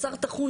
בשר טחון,